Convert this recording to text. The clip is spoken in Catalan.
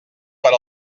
per